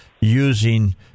using